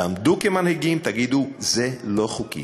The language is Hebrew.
תעמדו כמנהיגים, תגידו: זה לא חוקי.